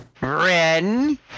Ren